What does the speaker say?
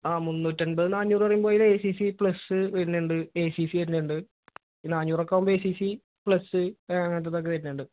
ആ മുന്നൂറ്റൻപത് നാനൂറ് എന്നു പറയുമ്പോഴതില് എ സി സി പ്ലസ് വരുന്നുണ്ട് എ സി സി വരുന്നുണ്ട് ഈ നാനൂറൊക്ക ആകുമ്പോള് എ സി സി പ്ലസ്സ് അങ്ങനത്തതൊക്കെ വരുന്നുണ്ട്